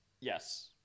yes